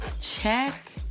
Check